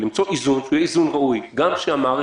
למצוא איזון ראוי שגם המערכת,